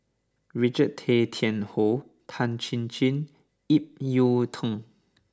Richard Tay Tian Hoe Tan Chin Chin Ip Yiu Tung